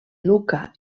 lucca